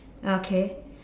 okay